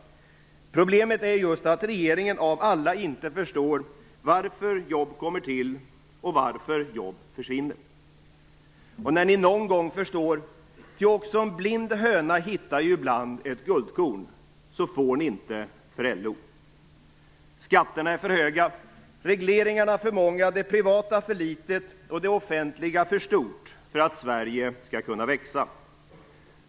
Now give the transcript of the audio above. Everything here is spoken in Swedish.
Problemet är just att regeringen av alla inte förstår varför jobb kommer till och varför jobb försvinner. När ni någon gång förstår - ty också en blind höna hittar ju ibland ett guldkorn - får ni inte för LO. Skatterna är för höga, regleringarna för många, det privata för litet och det offentliga för stort för att Sverige skall kunna växa.